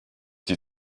die